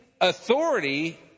authority